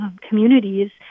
communities